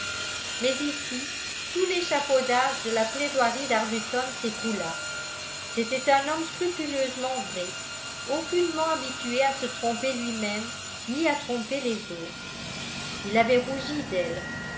mais ici tout l'échafaudage de la plaidoirie d'arbuton s'écroula c'était un homme scrupuleusement vrai aucunement habitué à se tromper lui-même ni à tromper les autres il avait rougi d'elle